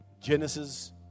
Genesis